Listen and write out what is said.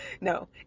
No